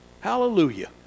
Hallelujah